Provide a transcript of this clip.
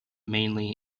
mainly